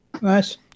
Nice